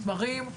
תמרים.